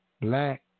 black